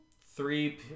three